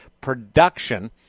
production